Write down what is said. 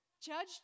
Judge